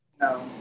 no